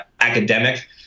academic